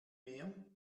meer